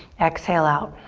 exhale out.